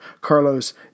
Carlos